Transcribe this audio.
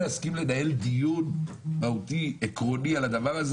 לנהל דיון מהותי, עקרוני על הדבר הזה?